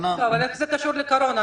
אבל איך זה קשור לקורונה?